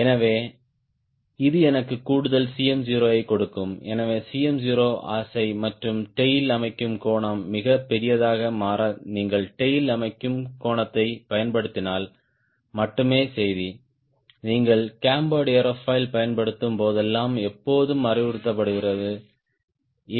எனவே இது எனக்கு கூடுதல் Cm0 ஐக் கொடுக்கும் எனவே Cm0 ஆசை மற்றும் டேய்ல் அமைக்கும் கோணம் மிகப் பெரியதாக மாற நீங்கள் டேய்ல் அமைக்கும் கோணத்தைப் பயன்படுத்தினால் மட்டுமே செய்தி நீங்கள் கேம்பர்டு ஏரோஃபாயில் பயன்படுத்தும் போதெல்லாம் எப்போதும் அறிவுறுத்தப்படுகிறது a